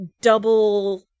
double